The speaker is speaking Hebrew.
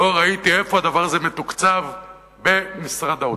לא ראיתי איפה הדבר הזה מתוקצב במשרד האוצר.